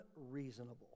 unreasonable